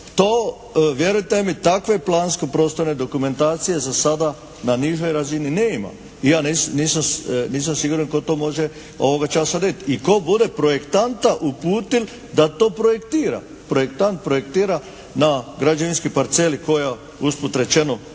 To vjerujte mi takve plansko-prostorne dokumentacije za sada na nižoj razini nema. I ja nisam siguran tko to može ovoga časa deti. I tko bude projektanta uputil da to projektira. Projektant projektira na građevinskoj parceli koja usput rečeno